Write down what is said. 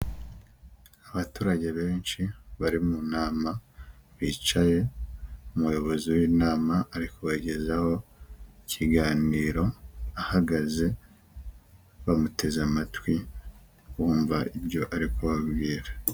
Abaturage benshi bari mu nama bicaye, umuyobozi w'inama ari kubagezaho ikiganiro ahagaze, bamuteze amatwi bumva ibyo ari kubabwira.